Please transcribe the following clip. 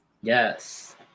yes